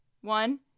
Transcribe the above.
one